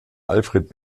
alfred